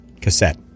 cassette